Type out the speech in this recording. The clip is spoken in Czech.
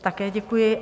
Také děkuji.